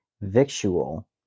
Victual